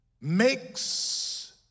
makes